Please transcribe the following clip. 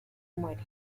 muere